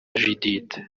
judithe